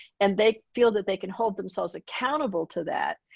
and they feel that they can hold themselves accountable to that.